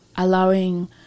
allowing